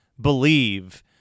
Believe